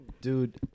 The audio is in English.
Dude